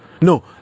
No